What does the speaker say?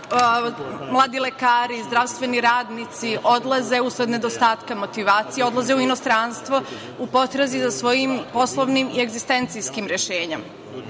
mladi lekari, zdravstveni radnici odlaze usled nedostatka motivacije, odlaze u inostranstvo u potrazi za svojim poslovnim i egzistencijalnim rešenjem. Zaista